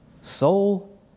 Soul